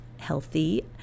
healthy